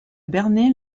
berner